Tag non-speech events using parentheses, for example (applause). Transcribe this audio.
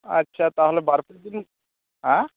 ᱟᱪᱪᱷᱟ ᱛᱟᱦᱚᱞᱮ ᱵᱟᱨᱯᱮ ᱫᱤᱱ (unintelligible)